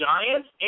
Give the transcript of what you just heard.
Giants